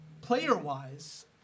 Player-wise